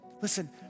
Listen